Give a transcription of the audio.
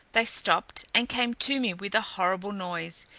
they stopped, and came to me with a horrible noise,